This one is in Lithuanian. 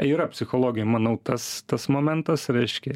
yra psichologijoj manau tas tas momentas reiškia